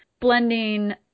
blending